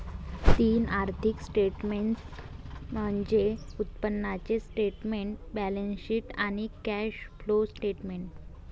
तीन आर्थिक स्टेटमेंट्स म्हणजे उत्पन्नाचे स्टेटमेंट, बॅलन्सशीट आणि कॅश फ्लो स्टेटमेंट